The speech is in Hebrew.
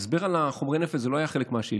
ההסבר על חומרי נפץ לא היה חלק מהשאילתה.